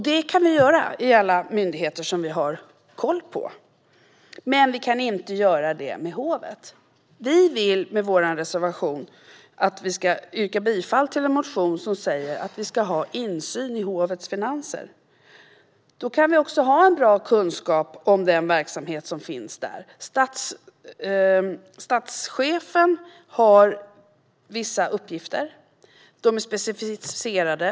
Det kan vi göra i alla myndigheter som vi har koll på, men vi kan inte göra det med hovet. Vi vill med vår reservation att man ska yrka bifall till en motion som säger att vi ska ha insyn i hovets finanser. Då kan vi också få en bra kunskap om den verksamhet som finns där. Statschefen har vissa uppgifter. De är specificerade.